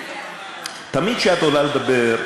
תמיד כשאת עולה לדבר,